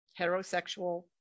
heterosexual